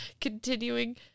continuing